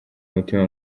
umutima